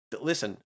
listen